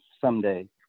someday